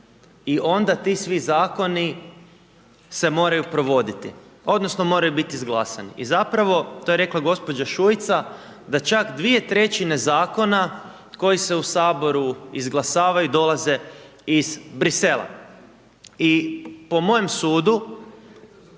i onda ti svi zakoni se moraju provoditi odnosno moraju biti izglasani i zapravo, to je rekla gđa. Šuica, da čak 2/3 zakona koji se u HS izglasavaju dolaze iz Brisela i po mojem sudu